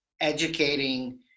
educating